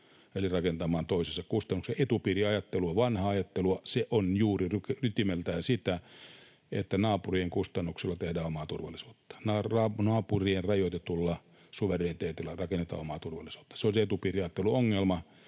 eli rakentamaan toisen kustannuksella etupiiriajattelua, vanhaa ajattelua. Se on juuri ytimeltään sitä, että naapurien kustannuksella tehdään omaa turvallisuutta, naapurien rajoitetulla suvereniteetilla rakennetaan omaa turvallisuutta. Se on se etupiiriajatteluongelma,